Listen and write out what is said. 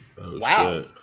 Wow